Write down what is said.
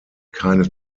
keine